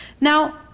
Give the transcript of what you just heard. Now